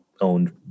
owned